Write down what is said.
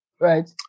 Right